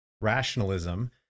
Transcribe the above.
rationalism